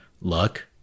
luck